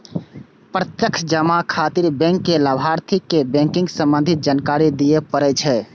प्रत्यक्ष जमा खातिर बैंक कें लाभार्थी के बैंकिंग संबंधी जानकारी दियै पड़ै छै